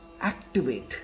activate